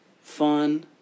fun